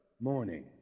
morning